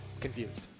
Confused